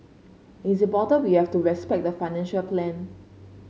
it's important we have to respect the financial plan